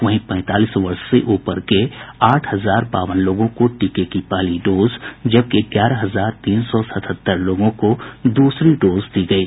वहीं पैंतालीस वर्ष से ऊपर के आठ हजार बावन लोगों को टीके की पहली डोज जबकि ग्यारह हजार तीन सौ सतहत्तर लोगों को दूसरी डोज दी गयी